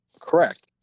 Correct